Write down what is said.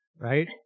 right